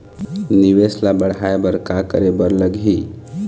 निवेश ला बढ़ाय बर का करे बर लगही?